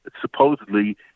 supposedly